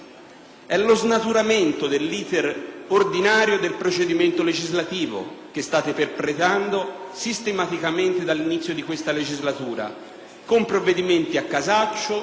È lo snaturamento dell'*iter* ordinario del procedimento legislativo che state perpetrando sistematicamente dall'inizio di questa legislatura, con provvedimenti a casaccio,